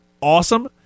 awesome